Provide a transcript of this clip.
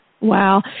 Wow